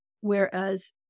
Whereas